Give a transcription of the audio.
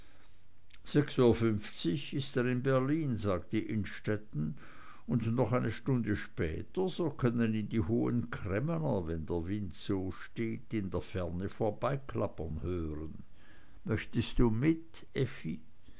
sechs uhr fünfzig ist er in berlin sagte innstetten und noch eine stunde später so können ihn die hohen cremmer wenn der wind so steht in der ferne vorbeiklappern hören möchtest du mit